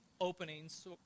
openings